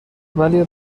ولی